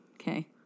Okay